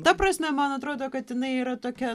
ta prasme man atrodo kad jinai yra tokia